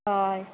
হয়